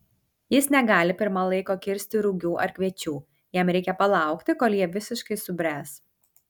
jis negali pirma laiko kirsti rugių ar kviečių jam reikia palaukti kol jie visiškai subręs